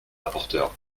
rapporteur